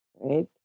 right